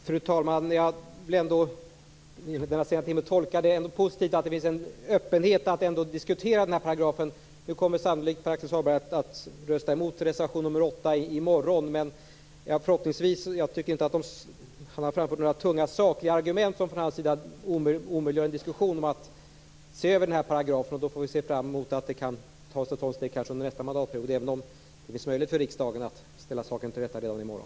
Fru talman! Jag vill tolka det som positivt att det ändå finns en öppenhet att diskutera den här paragrafen. Pär-Axel Sahlberg kommer sannolikt att rösta emot reservation nr 8 i morgon, men jag tycker inte att han har framfört några tunga sakliga argument som från hans sida omöjliggör en diskussion om att se över den här paragrafen. Vi får då se fram emot att det kanske under nästa mandatperiod kan tas ett par steg framåt, även om det finns möjlighet för riksdagen att ställa saken till rätta redan i morgon.